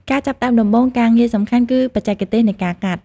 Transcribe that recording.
ការចាប់ផ្ដើមដំបូងការងារសំខាន់ គឺបច្ចេកទេសនៃការកាត់។